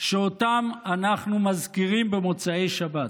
שאותם אנחנו מזכירים במוצאי שבת: